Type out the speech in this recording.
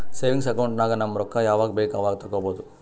savings account ನಾಗ್ ನಮ್ ರೊಕ್ಕಾ ಯಾವಾಗ ಬೇಕ್ ಅವಾಗ ತೆಕ್ಕೋಬಹುದು